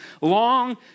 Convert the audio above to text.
Long